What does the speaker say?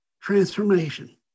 transformation